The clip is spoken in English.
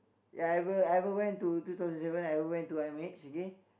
ya I ever ever went to two thousand seven I ever went to I_M_H okay